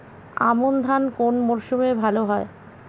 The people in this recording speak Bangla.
আমন ধান কোন মরশুমে ভাল হয়?